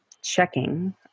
checking